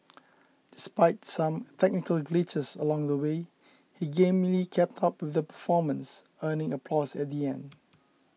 despite some glitches along the way he gamely kept up with the performance earning applause at the end